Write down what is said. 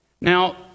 Now